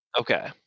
Okay